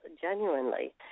genuinely